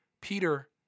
Peter